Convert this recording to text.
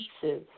pieces